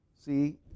See